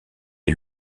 est